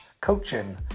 coaching